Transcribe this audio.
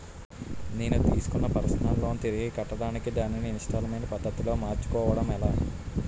నేను తిస్కున్న personal loan తిరిగి కట్టడానికి దానిని ఇంస్తాల్మేంట్ పద్ధతి లో మార్చుకోవడం ఎలా?